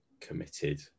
committed